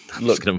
look